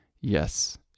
yes